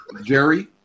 Jerry